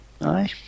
aye